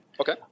Okay